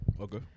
Okay